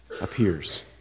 appears